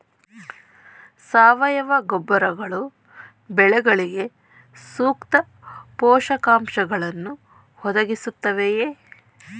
ಸಾವಯವ ಗೊಬ್ಬರಗಳು ಬೆಳೆಗಳಿಗೆ ಸೂಕ್ತ ಪೋಷಕಾಂಶಗಳನ್ನು ಒದಗಿಸುತ್ತವೆಯೇ?